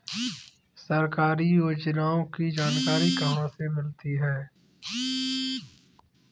सरकारी योजनाओं की जानकारी कहाँ से मिलती है?